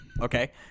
okay